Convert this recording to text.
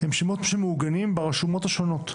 אלה שמות שמעוגנים ברשומות השונות,